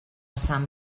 sant